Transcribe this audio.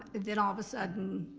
then, all of a sudden,